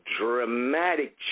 dramatic